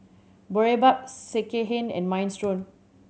Boribap Sekihan and Minestrone